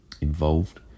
involved